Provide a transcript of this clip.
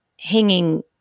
hanging